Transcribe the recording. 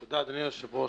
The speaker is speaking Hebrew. תודה, אדוני היושב-ראש.